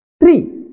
three